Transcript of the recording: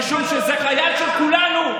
משום שזה חייל של כולנו,